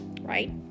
right